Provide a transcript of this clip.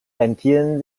rentieren